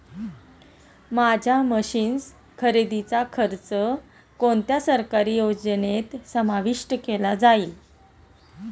माझ्या मशीन्स खरेदीचा खर्च कोणत्या सरकारी योजनेत समाविष्ट केला जाईल?